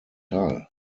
teil